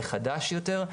זה חדש יותר,